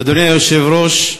אדוני היושב-ראש,